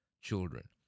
Children